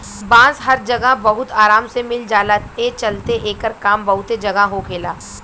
बांस हर जगह बहुत आराम से मिल जाला, ए चलते एकर काम बहुते जगह होखेला